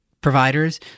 providers